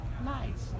Nice